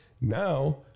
now